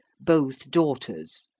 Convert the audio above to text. both daughters.